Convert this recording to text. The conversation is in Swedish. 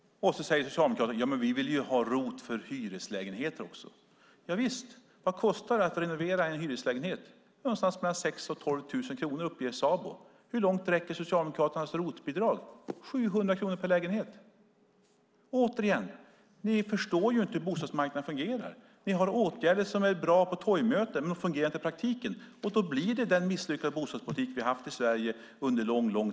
Socialdemokraterna säger att man vill ha ROT för hyreslägenheter också. Vad kostar det att renovera en hyreslägenhet? Någonstans mellan 6 000 och 12 000 kronor enligt Sabo. Hur långt räcker Socialdemokraternas ROT-bidrag på 700 kronor per lägenhet? Återigen: Ni förstår inte hur bostadsmarknaden fungerar. Ni har åtgärder som är bra på torgmöten, men de fungerar inte i praktiken. Då blir det den misslyckade bostadspolitik vi har haft i Sverige under lång tid.